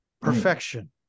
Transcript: perfection